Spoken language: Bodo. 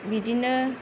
बिदिनो